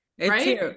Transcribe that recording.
Right